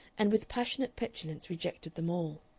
and with passionate petulance rejected them all.